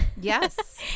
Yes